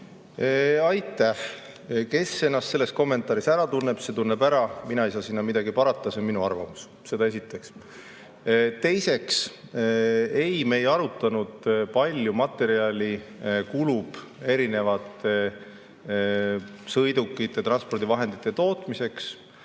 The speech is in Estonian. Aitäh! Kes ennast selles kommentaaris ära tunneb, see tunneb ära. Mina ei saa sinna midagi parata, see on minu arvamus. Seda esiteks. Teiseks, ei, me ei arutanud, kui palju materjali kulub erinevate sõidukite, transpordivahendite tootmiseks.